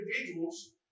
individuals